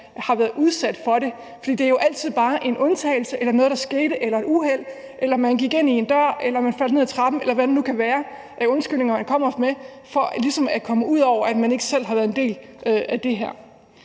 har været udsat for det. For det er jo altid bare en undtagelse eller noget, der skete, eller et uheld, eller at man gik ind i en dør, eller at man faldt ned ad trappen, eller hvad det nu kan være, man kommer med af undskyldninger for ligesom at komme ud over det, så man ikke selv har været en del af det her.